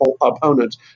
opponents